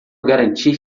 garantir